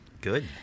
Good